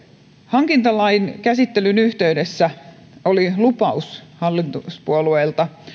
hankintalain käsittelyn yhteydessä oli lupaus hallituspuolueilta